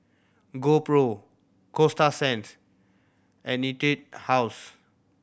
GoPro Coasta Sands and Etude House